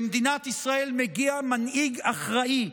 למדינת ישראל מגיע מנהיג אחראי,